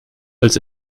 als